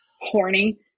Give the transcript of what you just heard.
horny